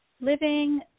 living